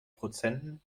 prozenten